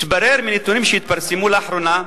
התברר מנתונים שהתפרסמו לאחרונה,